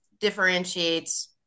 differentiates